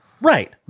Right